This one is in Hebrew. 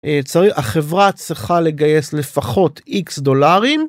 צריך החברה צריכה לגייס לפחות x דולרים.